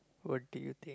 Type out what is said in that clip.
what do you think